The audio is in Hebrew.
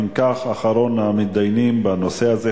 אם כך - אחרון המתדיינים בנושא הזה,